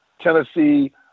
tennessee